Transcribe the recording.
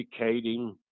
educating